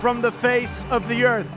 from the face of the ear